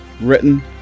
written